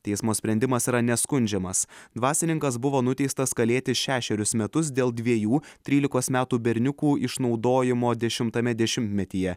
teismo sprendimas yra neskundžiamas dvasininkas buvo nuteistas kalėti šešerius metus dėl dviejų trylikos metų berniukų išnaudojimo dešimtame dešimtmetyje